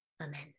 Amen